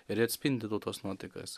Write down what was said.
ir jie atspindi tautos nuotaikas